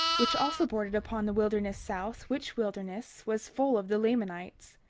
which also bordered upon the wilderness south, which wilderness was full of the lamanites.